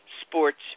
Sports